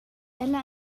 ella